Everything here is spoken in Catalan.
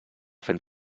fent